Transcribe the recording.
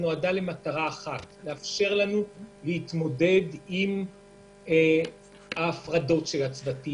נועדה לאפשר להתמודד עם ההפרדות של הצוותים